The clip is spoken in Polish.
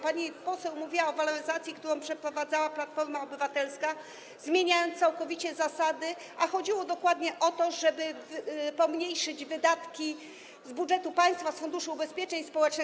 Pani poseł mówiła o waloryzacji, którą przeprowadzała Platforma Obywatelska, zmieniając całkowicie zasady, a chodziło dokładnie o to, żeby pomniejszyć wydatki z budżetu państwa, z Funduszu Ubezpieczeń Społecznych.